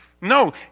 No